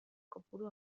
kopuru